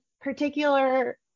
particular